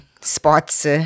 spots